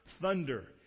thunder